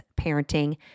parenting